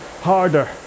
harder